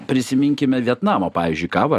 prisiminkime vietnamo pavyzdžiui kavą